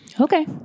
Okay